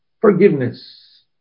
forgiveness